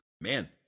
man